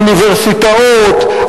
אוניברסיטאות,